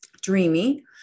dreamy